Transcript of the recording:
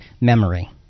memory